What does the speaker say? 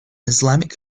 islamic